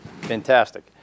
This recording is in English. fantastic